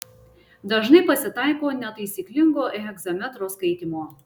dažnai pasitaiko netaisyklingo hegzametro skaitymo